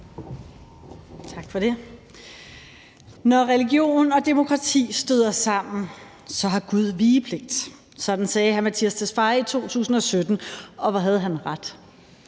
Tak for det. Når religion og demokrati støder sammen, har Gud vigepligt. Sådan sagde hr. Mattias Tesfaye i 2017, og hvor havde han ret.